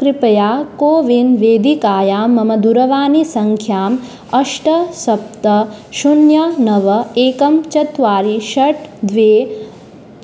कृपया कोविन् वेदिकायां मम दुरवाणीसङ्ख्याम् अष्ट सप्त शून्य नव एकं चत्वारि षट् द्वे